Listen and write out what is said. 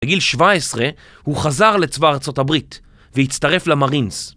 בגיל 17 הוא חזר לצבא ארה״ב והצטרף למארינס